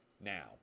now